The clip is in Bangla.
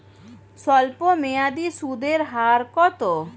স্বল্পমেয়াদী সুদের হার কত?